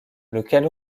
lequel